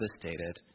devastated